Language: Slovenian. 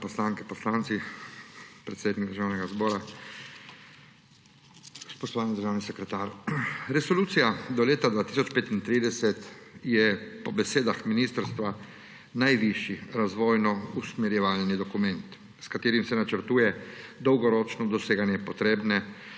poslanke, poslanci, predsednik Državnega zbora! Spoštovani državni sekretar! Resolucija do leta 2035 je po besedah ministrstva najvišji razvojno-usmerjevalni dokument, s katerim se načrtuje dolgoročno doseganje potrebne